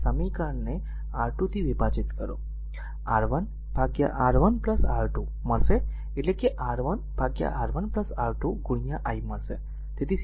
તેથી આ સમીકરણને R2 થી વિભાજીત કરો R1 R1 R2 મળશે એટલે કે R1 R1 R2 i મળશે